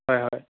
হয় হয়